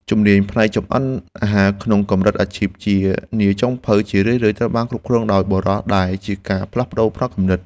ជំនាញផ្នែកចម្អិនអាហារក្នុងកម្រិតអាជីពជានាយចុងភៅជារឿយៗត្រូវបានគ្រប់គ្រងដោយបុរសដែលជាការផ្លាស់ប្តូរផ្នត់គំនិត។